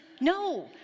no